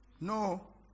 No